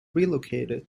relocated